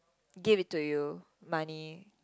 give it to you money